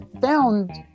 found